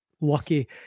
lucky